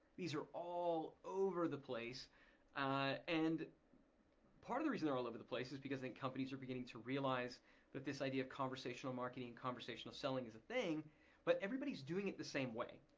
these are all over the place and part of the reason they're all over the place is because companies are beginning to realize that this idea of conversational marketing and conversational selling is a thing but everybody's doing it the same way.